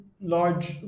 large